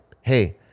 hey